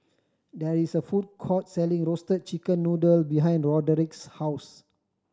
there is a food court selling Roasted Chicken Noodle behind Roderic's house